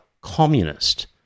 communist